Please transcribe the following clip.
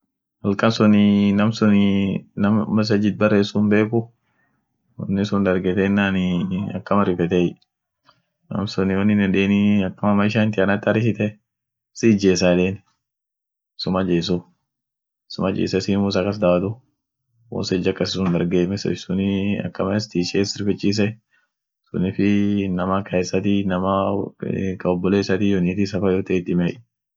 Ethiopian ada ishia kabd, ada ishian kwanza gos achisun jiruu gos karibu sadetam irjiruu nam wolba dumi afaa isa dubeta aminen nam wolba adane tam isa kabd afan ishin dubetu biria kaa dinineni gudion kiristoa achisunii isilamune dikiyoa sagale ishin nyaatu sagaleni sagale dikio hamtu sagale lila woni biri hinkabd ina biria hinkabdu ishine calender tam ishia kabd muzikiaf iyoo sirbineni lila fan jirt woyane akishin nekatit jira